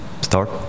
start